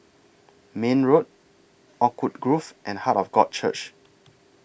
Mayne Road Oakwood Grove and Heart of God Church